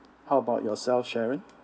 how about yourself sharon